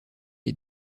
les